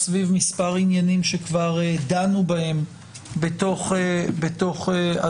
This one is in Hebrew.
סביב מספר עניינים שכבר דנו בהם בתוך הדיון.